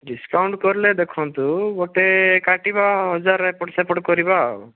discount କଲେ ଦେଖନ୍ତୁ ଗୋଟେ କାଟିବା ହଜାରେ ଏପଟ ସେପଟ କରିବା ଆଉ